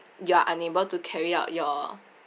you are unable to carry out your